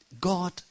God